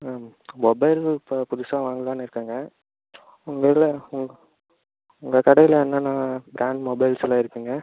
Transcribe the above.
ஆ mobile இப்போ புதுசாக வாங்கலாம்னு இருக்கேங்க உங்கள் கிட்டே இதில் உங் உங்கள் கடையில் என்னென்னால் ப்ராண்ட் மொபைல்ஸ் எல்லாம் இருக்குதுங்க